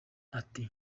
ati